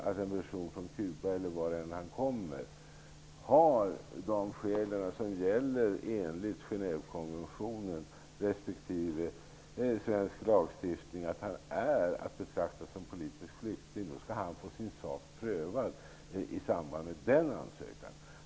Är en person, som kommer från Cuba eller någon annanstans, enligt Genèvekonventionen respektive svensk lagstiftning att betrakta som politisk flykting skall han ha sin sak prövad i samband med sin asylansökan.